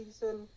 season